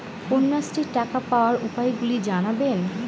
কন্যাশ্রীর টাকা পাওয়ার উপায়গুলি জানাবেন?